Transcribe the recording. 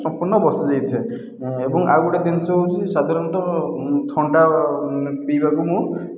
ସମ୍ପୂର୍ଣ୍ଣ ବସି ଯାଇଥାଏ ଏବଂ ଆଉ ଗୋଟିଏ ଜିନିଷ ହେଉଛି ସାଧାରଣତଃ ଥଣ୍ଡା ପିଇବାକୁ ମୁଁ